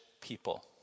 people